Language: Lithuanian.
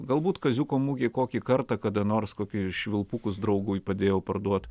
galbūt kaziuko mugėj kokį kartą kada nors kokį švilpukus draugui padėjau parduot